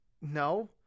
No